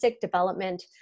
development